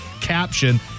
caption